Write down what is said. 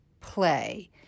play